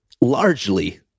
largely